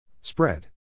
Spread